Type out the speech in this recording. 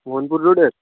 মোহনপুর রোডের